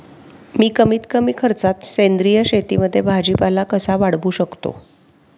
मी कमीत कमी खर्चात सेंद्रिय शेतीमध्ये भाजीपाला कसा वाढवू शकतो?